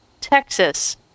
Texas